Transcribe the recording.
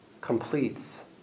completes